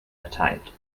erteilt